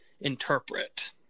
interpret